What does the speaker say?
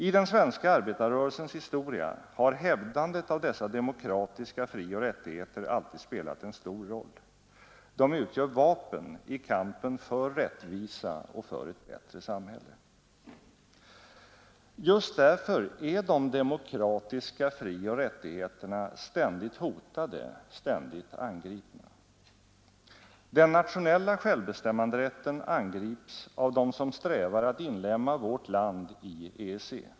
I den svenska arbetarrörelsens historia har hävdandet av dessa demokratiska frioch rättigheter alltid spelat en stor roll. De utgör vapen i kampen för rättvisa och för ett bättre samhälle. Just därför är de demokratiska frioch rättigheterna ständigt hotade, ständigt angripna. Den nationella självbestämmanderätten angrips av dem som strävar att inlemma vårt land i EEC.